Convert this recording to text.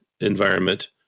environment